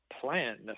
plan